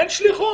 אין שליחות.